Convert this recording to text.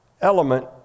element